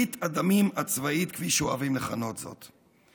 "ברית הדמים הצבאית", כפי שאוהבים לכנות זאת.